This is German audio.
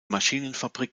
maschinenfabrik